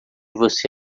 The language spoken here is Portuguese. você